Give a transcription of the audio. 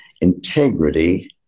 integrity